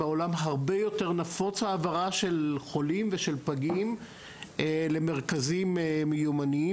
בעולם הרבה יותר נפוצה העברה של חולים ושל פגים למרכזים מיומנים